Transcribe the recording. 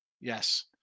Yes